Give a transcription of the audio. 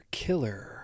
killer